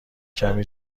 کمی